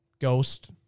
ghost